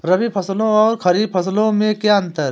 रबी फसलों और खरीफ फसलों में क्या अंतर है?